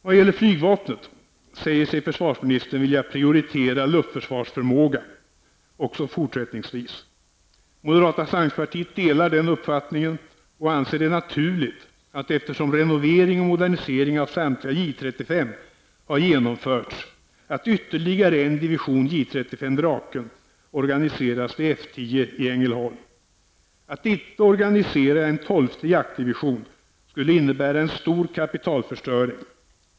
Vad gäller flygvapnet säger sig försvarsministern också fortsättningsvis vilja prioritera luftförsvarsförmågan. Moderata samlingspartiet delar den uppfattningen och anser det, eftersom renovering och modernisering av samtliga J 35 har genomförts, naturligt att ytterligare en division J 35 Draken organiseras vid F 10 i Ängelholm. Att inte organisera en tolfte jaktdivision skulle innebära en stor kapitalförstöring.